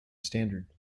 standard